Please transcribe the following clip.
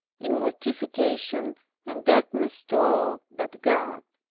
in mortification and deadness to all but god.